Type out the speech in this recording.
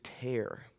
tear